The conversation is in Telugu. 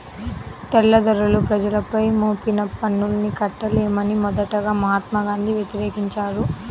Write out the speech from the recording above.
తెల్లదొరలు ప్రజలపై మోపిన పన్నుల్ని కట్టలేమని మొదటగా మహాత్మా గాంధీ వ్యతిరేకించారు